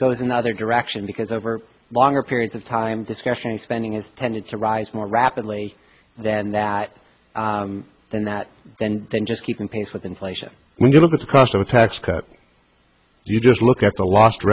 the other direction because over longer periods of time discretionary spending has tended to rise more rapidly than that than that and then just keeping pace with inflation when you look at the cost of a tax cut you just look at the lost